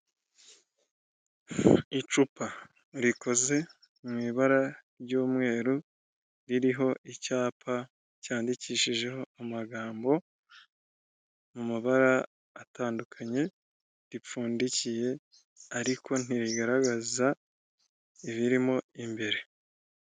Icupa rikoze mu ibara ry'umweru ririho icyapa cyandikishijeho amagambo mu mabara atandukanye, ripfundikiye ariko ntirigaragaza ibirimo imbere.